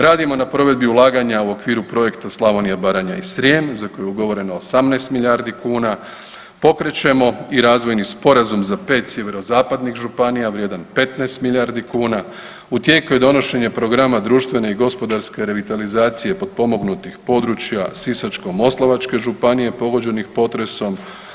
Radimo na provedbi ulaganja u okviru projekta Slavonija, Baranja i Srijem za koji je ugovoreno 18 milijardi kuna, pokrećemo i razvojni sporazum za 5 sjeverozapadnih županija vrijedan 15 milijardi kuna, u tijeku je donošenje programa društvene i gospodarske revitalizacije potpomognutih područja Sisačko-moslavačke županije pogođenih potresom.